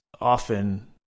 often